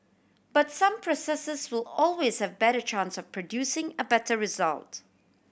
but some processes will always have better chance of producing a better result